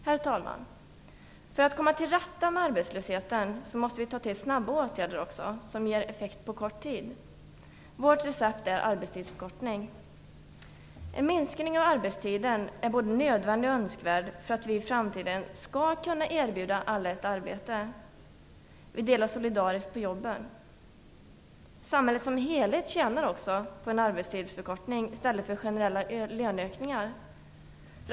Herr talman! För att komma till rätta med arbetslösheten måste vi ta till snabba åtgärder som ger effekt på kort tid. Vårt recept är arbetstidsförkortning. En minskning av arbetstiden är både nödvändig och önskvärd för att vi i framtiden skall kunna erbjuda alla ett arbete. Vi delar solidariskt på jobben. Samhället som helhet tjänar också på en arbetstidsförkortning i stället för generella löneökningar.